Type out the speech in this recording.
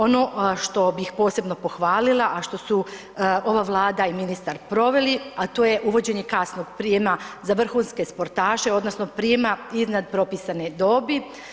Ono što bih posebno pohvalila, a što su ova Vlada i ministar proveli, a to je uvođenje kasnog prijema za vrhunske sportaše, odnosno prijma iznad propisane dobi.